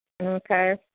Okay